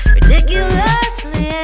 Ridiculously